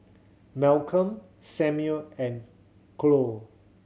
Malcolm Samuel and Khloe